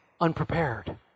unprepared